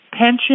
Pension